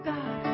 God